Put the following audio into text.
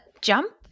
jump